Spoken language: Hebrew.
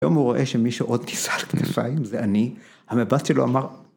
‫היום הוא רואה שמישהו ‫עוד ניסע על כנפיים, זה אני. ‫המבט שלו אמר...